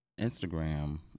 Instagram